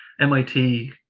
MIT